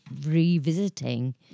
revisiting